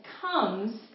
comes